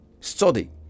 study